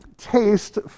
taste